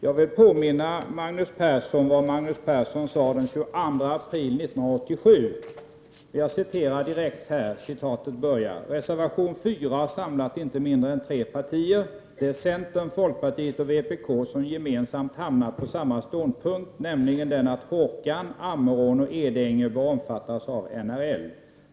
Jag vill påminna Magnus Persson om vad han sade här i kammaren den 22 april 1987: ”Reservation 4 har samlat inte mindre än tre partier. Det är centern, folkpartiet och vpk som gemensamt hamnat på samma ståndpunkt, nämligen den att Hårkan, Ammerån och Edänge bör omfattas av NRL.